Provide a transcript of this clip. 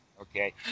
okay